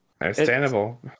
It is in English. Understandable